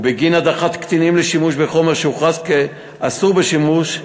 ובגין הדחת קטינים לשימוש בחומר שהוכרז אסור בשימוש,